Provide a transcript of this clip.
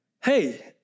Hey